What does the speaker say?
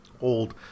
old